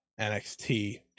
NXT